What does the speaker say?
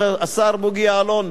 השר בוגי יעלון,